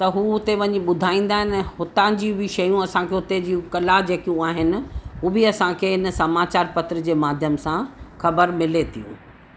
त हू हुते वञी ॿुधाईंदा आहिनि हुतां जी बि शयूं असांखे हुते जूं कला जेकियूं आहिनि हूअ बि असांखे हिन समाचार पत्र जे माध्यम सां ख़बर मिले थी